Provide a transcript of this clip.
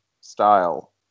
style